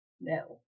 no